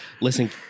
Listen